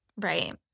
Right